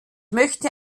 möchte